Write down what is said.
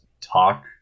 talk